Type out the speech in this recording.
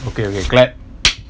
okay okay clap